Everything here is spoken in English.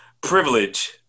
privilege